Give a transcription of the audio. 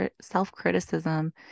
self-criticism